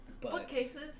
bookcases